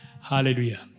Hallelujah